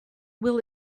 will